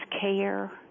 care